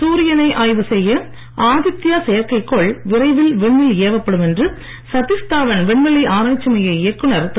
சூரியனை ஆய்வு செய்ய ஆதித்யா செயற்கைக் கோள் விரைவில் விண்ணில் ஏவப்படும் என்று சத்தீஷ் தாவண் விண்வெளி ஆராய்ச்சி மைய இயக்குனர் திரு